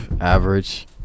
average